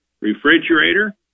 refrigerator